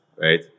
right